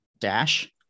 Dash